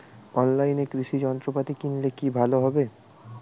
অনলাইনে কৃষি যন্ত্রপাতি কিনলে কি ভালো হবে?